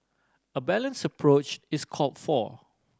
a balance approach is call for